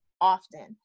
often